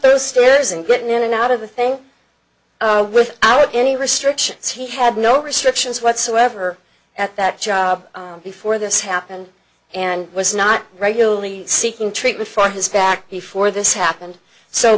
those stairs and getting in and out of the thing without any restrictions he had no restrictions whatsoever at that job before this happened and was not regularly seeking treatment for his back before this happened so